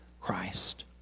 Christ